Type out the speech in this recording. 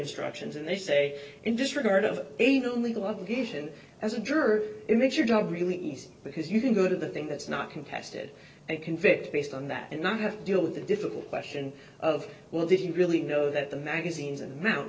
instructions and they say in disregard of ada legal obligation as a juror it makes your job really easy because you can go to the thing that's not contested and convict based on that and not have to deal with the difficult question of well didn't really know that the magazines and